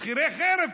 שכירי חרב?